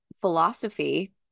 philosophy